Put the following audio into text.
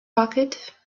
pocket